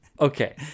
okay